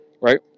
right